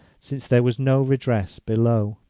since there was no redress below.